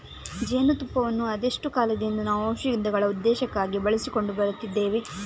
ಜೇನು ತುಪ್ಪವನ್ನ ಅದೆಷ್ಟೋ ಕಾಲದಿಂದ ನಾವು ಔಷಧಗಳ ಉದ್ದೇಶಕ್ಕಾಗಿ ಬಳಸಿಕೊಂಡು ಬರುತ್ತಿದ್ದೇವೆ